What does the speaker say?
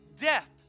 death